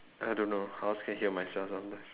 I don't know I also can hear myself sometimes